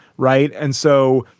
right. and so.